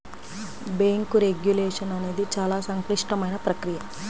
bank regulation అనేది చాలా సంక్లిష్టమైన ప్రక్రియ